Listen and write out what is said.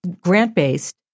grant-based